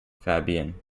fabian